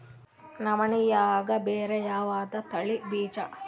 ನವಣಿಯಾಗ ಭಾರಿ ಯಾವದ ತಳಿ ಬೀಜ?